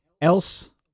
else